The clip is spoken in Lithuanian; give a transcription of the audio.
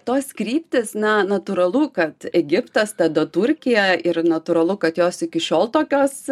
tos kryptys na natūralu kad egiptas tada turkija ir natūralu kad jos iki šiol tokios